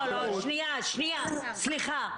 סליחה,